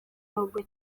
nubwo